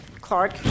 Clark